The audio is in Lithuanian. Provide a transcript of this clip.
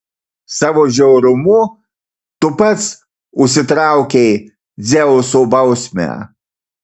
savo žiaurumu tu pats užsitraukei dzeuso bausmę